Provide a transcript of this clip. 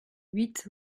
huit